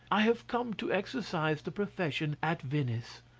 i have come to exercise the profession at venice.